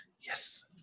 Yes